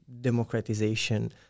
democratization